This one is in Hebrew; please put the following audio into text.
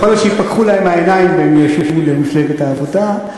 יכול להיות שייפקחו להם העיניים והם ישובו למפלגת העבודה.